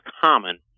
common